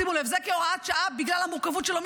שימו לב, זה כהוראת שעה, בגלל המורכבות שלו.